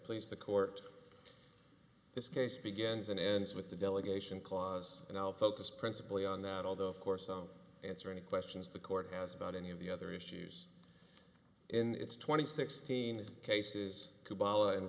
please the court this case begins and ends with the delegation clause and i'll focus principally on that although of course won't answer any questions the court has about any of the other issues in its twenty sixteen cases and